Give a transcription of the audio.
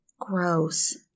Gross